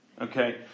okay